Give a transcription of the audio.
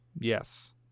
yes